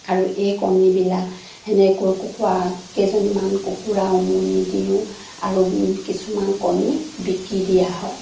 আৰু এই কণীবিলাক সেনেকৈ কুকুৰাকেইজনীমান কুকুৰা উমনি দিওঁ আৰু কিছুমান কণী বিকি দিয়া হয়